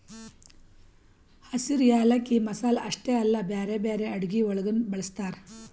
ಹಸಿರು ಯಾಲಕ್ಕಿ ಮಸಾಲೆ ಅಷ್ಟೆ ಅಲ್ಲಾ ಬ್ಯಾರೆ ಬ್ಯಾರೆ ಅಡುಗಿ ಒಳಗನು ಬಳ್ಸತಾರ್